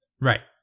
Right